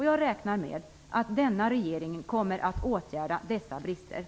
Jag räknar med att denna regering kommer att åtgärda bristerna.